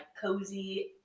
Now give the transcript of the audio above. cozy